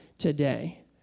today